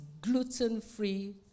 gluten-free